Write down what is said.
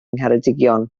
ngheredigion